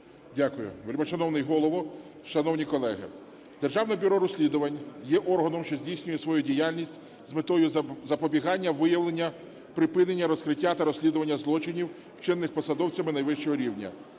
Дякую. Вельмишановний Голово, шановні колеги! Державне бюро розслідувань є органом, що здійснює свою діяльність з метою запобігання виявлення припинення розкриття та розслідування злочинів, вчинених посадовцями найвищого рівня,